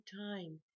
time